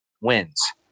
wins